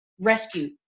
rescue